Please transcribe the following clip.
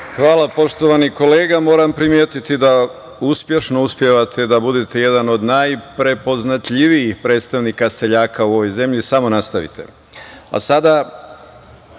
Hvala poštovani kolega. Moram primetiti da uspešno uspevate da budete jedan od najprepoznatljivijih predstavnika seljaka u ovoj zemlji. Samo nastavite. Sada